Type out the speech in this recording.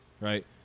right